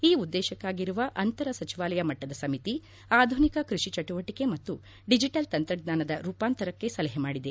ಈ ಉದ್ದೇಶಕ್ಕಾಗಿರುವ ಅಂತರ ಸಚಿವಾಲಯ ಮಟ್ಟದ ಸಮಿತಿ ಆಧುನಿಕ ಕೃಷಿ ಚಟುವಟಿಕೆ ಮತ್ತು ಡಿಜಿಟಲ್ ತಂತ್ರಜ್ಞಾನದ ರೂಪಾಂತರಕ್ಕೆ ಸಲಹೆ ಮಾಡಿದೆ